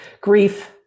grief